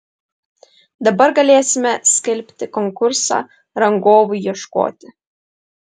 dabar galėsime skelbti konkursą rangovui ieškoti